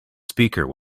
speaker